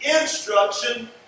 instruction